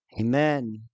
Amen